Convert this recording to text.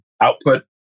output